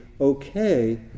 okay